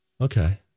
Okay